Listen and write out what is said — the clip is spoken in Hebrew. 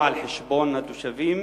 לא על חשבון התושבים.